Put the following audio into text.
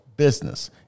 business